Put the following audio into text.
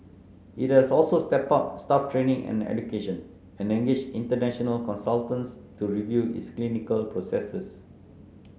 it has also stepped up staff training and education and engage international consultants to review its clinical processes